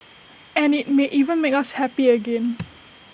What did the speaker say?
and IT may even make us happy again